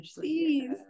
please